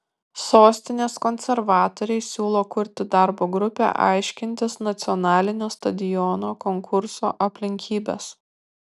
sostinės konservatoriai siūlo kurti darbo grupę aiškintis nacionalinio stadiono konkurso aplinkybes